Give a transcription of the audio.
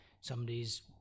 somebody's